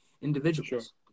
individuals